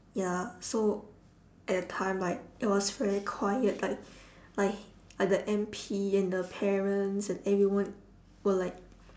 ya so at the time like it was very quiet like like h~ like the M_P and the parents and everyone were like